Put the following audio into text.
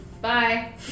Bye